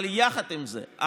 אבל יחד עם זה,